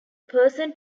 person